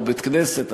או בית-כנסת,